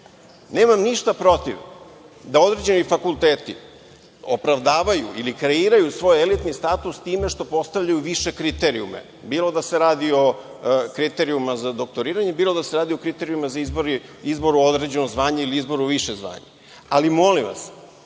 ništa protiv da određeni fakulteti opravdavaju ili kreiraju svoj elitni status time što postavljaju više kriterijume, bilo da se radi o kriterijumima za doktoriranje, bilo da se radi o kriterijumima za izbor u određeno znanje ili izbor u više zvanje. Molim vas,